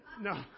no